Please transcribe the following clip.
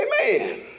Amen